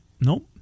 Nope